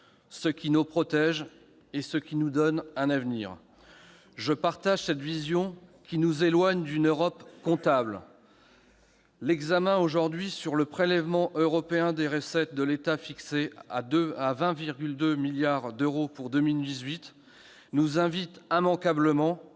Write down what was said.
ce qui nous protège et ce qui nous donne un avenir ». Je partage cette vision, qui nous éloigne d'une Europe comptable. Mais l'examen de ce jour sur le prélèvement européen des recettes de l'État, fixé à 20,2 milliards d'euros pour 2018, nous invite immanquablement